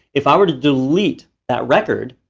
if i were to delete that record,